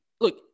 look